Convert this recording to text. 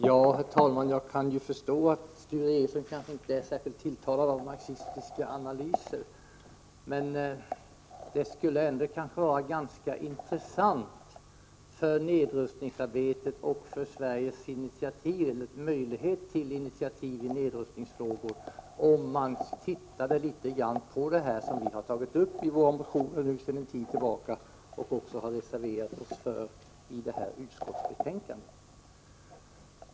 Herr talman! Jag kan förstå att Sture Ericson inte är särskilt tilltalad av marxistiska analyser. Men det skulle ändå vara ganska intressant för nedrustningsarbetet och för Sveriges möjlighet till initiativ i nedrustningsfrågor om man tittade litet på det som vi har tagit upp i våra motioner sedan en tid tillbaka och som vi nu har reserverat oss för i utskottsbetänkandet.